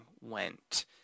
went